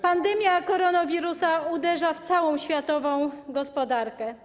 Pandemia koronawirusa uderza w całą światową gospodarkę.